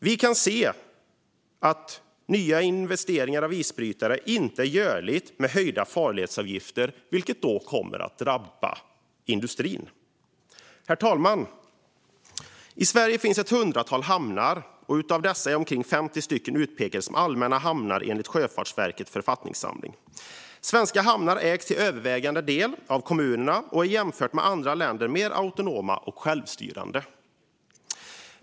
Vi vill dock inte se höjda farledsavgifter eftersom det kommer att drabba industrin. Herr talman! I Sverige finns ett hundratal hamnar, och av dessa är omkring 50 stycken utpekade som allmänna hamnar enligt Sjöfartsverkets författningssamling. Svenska hamnar ägs till övervägande del av kommuner och är jämfört med andra länder mer autonoma och självstyrande.